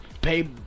pay